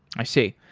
i see.